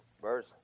verse